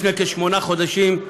לפני כשמונה חודשים,